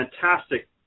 fantastic